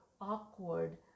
awkward